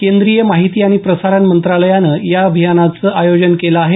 केंद्रीय माहिती आणि प्रसारण मंत्रालयानं या अभियानाचं आयोजन केलं आहे